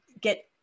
get